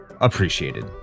appreciated